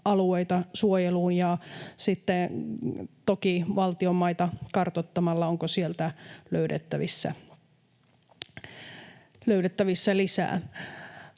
alueita suojeluun, ja sitten toki valtionmaita kartoittamalla, onko sieltä löydettävissä lisää.